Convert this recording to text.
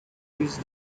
reduce